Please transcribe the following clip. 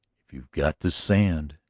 if you've got the sand!